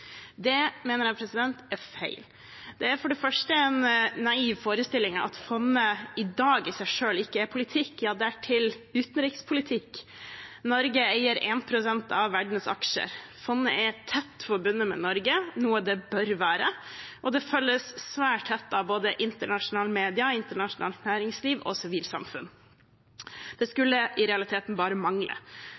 Det mener jeg er feil. Det er for det første en naiv forestilling om at fondet i dag i seg selv ikke er politikk – ja, dertil utenrikspolitikk. Norge eier 1 pst. av verdens aksjer. Fondet er tett forbundet med Norge, noe det bør være, og det følges svært tett av både internasjonale medier, internasjonalt næringsliv og sivilt samfunn. Det skulle i realiteten bare mangle.